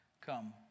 Come